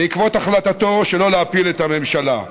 בעקבות החלטתו שלא להפיל את הממשלה.